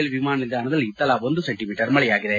L ವಿಮಾನ ನಿಲ್ವಾಣದಲ್ಲಿ ತಲಾ ಒಂದು ಸೆಂಟಿ ಮೀಟರ್ ಮಳೆಯಾಗಿದೆ